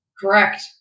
Correct